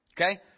Okay